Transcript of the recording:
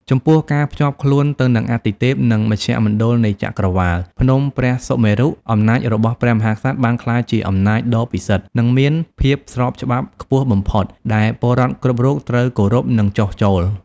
ចំពោះ ការភ្ជាប់ខ្លួនទៅនឹងអាទិទេព និងមជ្ឈមណ្ឌលនៃចក្រវាឡ ភ្នំព្រះសុមេរុ អំណាចរបស់ព្រះមហាក្សត្របានក្លាយជាអំណាចដ៏ពិសិដ្ឋ និងមានភាពស្របច្បាប់ខ្ពស់បំផុត ដែលពលរដ្ឋគ្រប់រូបត្រូវគោរព និងចុះចូល។